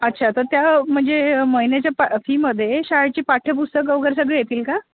अच्छा तर त्या म्हणजे महिन्याच्या पा फीमध्ये शाळेची पाठ्यपुस्तकं वगैरे सगळं येतील का